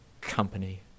company